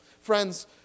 friends